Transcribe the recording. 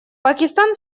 пакистан